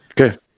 okay